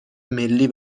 ملی